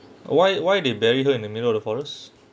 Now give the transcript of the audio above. why why they buried her in the middle of the forest